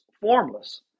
formless